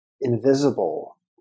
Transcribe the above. invisible